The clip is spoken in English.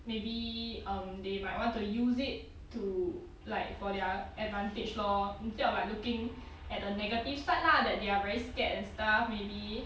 maybe um they might want to use it to like for their advantage lor instead of like looking at the negative side lah that they're very scared and stuff maybe